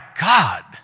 God